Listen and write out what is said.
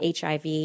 HIV